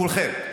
כולכם.